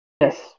Yes